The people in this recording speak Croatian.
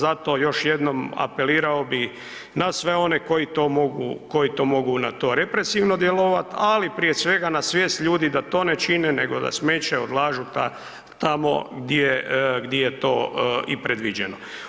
Zato još jednom apelirao bi na sve one koji to mogu, koji to mogu na to represivno djelovat, ali prije svega na svijest ljudi da to ne čine, nego da smeće odlažu tamo gdje, gdje je to i predviđeno.